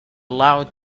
loud